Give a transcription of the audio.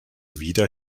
wieder